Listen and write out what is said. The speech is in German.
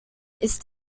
ist